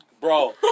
Bro